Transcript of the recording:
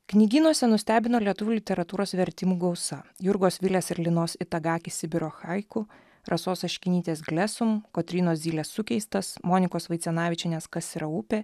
knygynuose nustebino lietuvių literatūros vertimų gausa jurgos vilės ir linos itagaki sibiro laikų rasos aškinytės glesum kotrynos zylės sukeistas monikos vaicenavičienės kas yra upė